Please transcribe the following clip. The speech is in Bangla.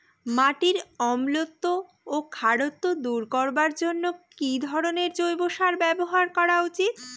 মাটির অম্লত্ব ও খারত্ব দূর করবার জন্য কি ধরণের জৈব সার ব্যাবহার করা উচিৎ?